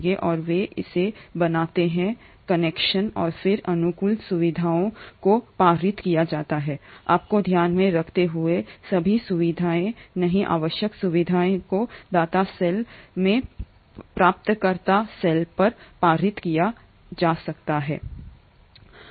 और वे इसे बनाते हैं कनेक्शन और फिर अनुकूल सुविधाओं को पारित किया जाता है आपको ध्यान में रखते हुए सभी सुविधाएँ नहीं आवश्यक सुविधाओं को दाता सेल से प्राप्तकर्ता सेल पर पारित किया जा सकता है